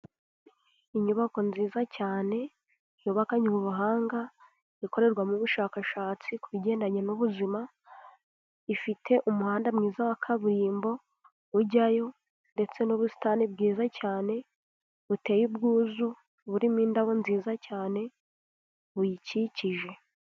Inyubako nziza cyane yubakanye ubuhanga, ikorerwa mu bushakashatsi ku bigendanye n'ubuzima, ifite umuhanda mwiza wa kaburimbo, ujyayo ndetse n'ubusitani bwiza cyane buteye ubwuzu, burimo indabo nziza cyane buyikikije.